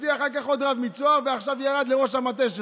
הביא אחר כך עוד רב מצהר ועכשיו ירד לראש המטה שלו.